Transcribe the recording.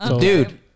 dude